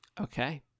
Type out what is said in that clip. Okay